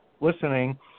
listening